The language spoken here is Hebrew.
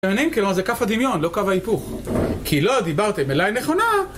זה קו הדמיון, לא קו ההיפוך כי לא דיברתם אליי נכונה